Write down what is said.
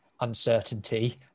uncertainty